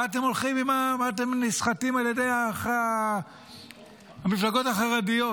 מה אתם נסחטים על ידי המפלגות החרדיות?